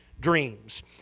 dreams